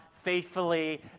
faithfully